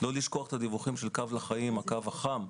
בל נשכח את הדיווחים של "קו לחיים", הקו החם,